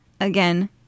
Again